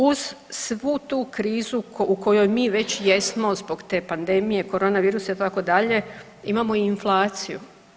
Uz svu tu krizu u kojoj mi već jedno zbog te pandemije koronavirusa, itd., imamo i inflaciju.